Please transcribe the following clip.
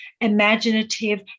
imaginative